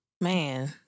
Man